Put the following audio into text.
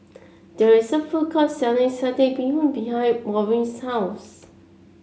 there is a food court selling Satay Bee Hoon behind Maureen's house